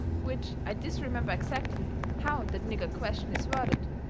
which i disremember exactly how that nigger question is worded,